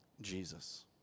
Jesus